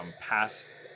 past